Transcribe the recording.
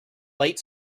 late